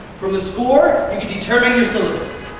from the score, you can determine your syllabus.